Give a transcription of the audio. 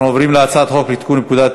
אנחנו עוברים להצעת חוק לתיקון פקודת